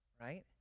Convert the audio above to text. Right